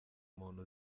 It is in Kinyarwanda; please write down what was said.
muntu